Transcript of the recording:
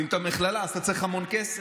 ואם אתה במכללה, אתה צריך המון כסף.